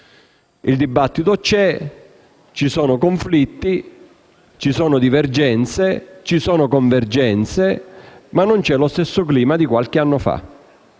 Il dibattito c'è, ci sono conflitti, divergenze e convergenze, ma non c'è lo stesso clima di qualche anno fa.